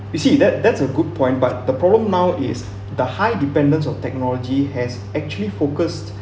you see that that's a good point but the problem now is the high dependence of technology has actually focused